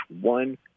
one